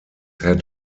had